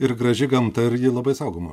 ir graži gamta ir ji labai saugoma